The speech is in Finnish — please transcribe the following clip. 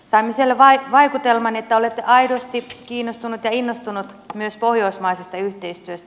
saimme siellä vaikutelman että olette aidosti kiinnostunut ja innostunut myös pohjoismaisesta yhteistyöstä